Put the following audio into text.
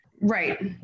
right